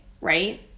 right